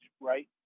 right